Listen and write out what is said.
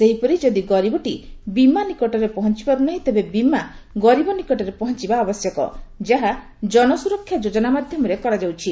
ସେହିପରି ଯଦି ଗରୀବଟି ବୀମା ନିକଟରେ ପହଞ୍ଚପାରୁନାହିଁ ତେବେ ବୀମା ଗରିବ ନିକଟରେ ପହଞ୍ଚିବା ଆବଶ୍ୟକ ଯାହା ଜନସୁରକ୍ଷା ଯୋଜନା ମାଧ୍ୟମରେ କରାଯାଉଛି